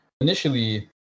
Initially